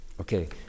Okay